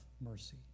mercy